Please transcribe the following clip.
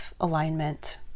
alignment